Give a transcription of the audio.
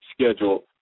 schedule